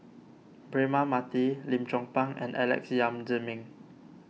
Braema Mathi Lim Chong Pang and Alex Yam Ziming